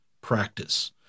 practice